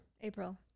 April